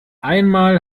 einmal